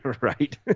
right